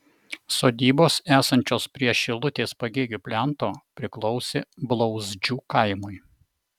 sodybos esančios prie šilutės pagėgių plento priklausė blauzdžių kaimui